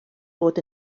bod